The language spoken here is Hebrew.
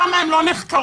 למה הן לא נחקרות?